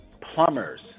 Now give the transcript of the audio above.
plumbers